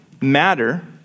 matter